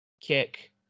kick